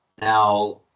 Now